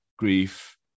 grief